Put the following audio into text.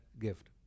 gift